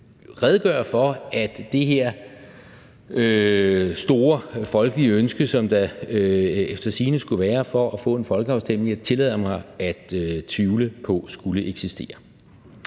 redegøre for, at det her store folkelige ønske, som der efter sigende skulle være, om at få en folkeafstemning, tillader jeg mig at tvivle på skulle eksistere.